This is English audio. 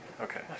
Okay